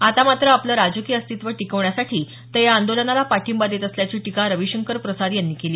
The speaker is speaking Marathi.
आता मात्र आपलं राजकीय अस्तित्व टिकवण्यासाठी ते या आंदोलनाला पाठिंबा देत असल्याची टीका रविशंकर प्रसाद यांनी केली